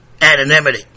anonymity